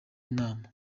inama